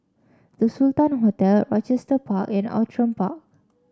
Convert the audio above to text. The Sultan Hotel Rochester Park and Outram Park